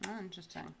interesting